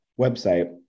website